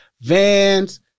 Vans